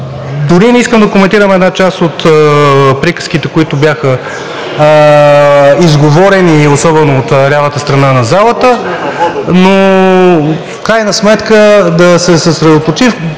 дори не искам да коментирам една част от приказките, които бяха изговорени, особено от лявата страна на залата, но в крайна сметка да се съсредоточим